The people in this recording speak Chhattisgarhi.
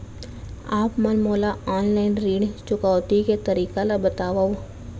आप मन मोला ऑनलाइन ऋण चुकौती के तरीका ल बतावव?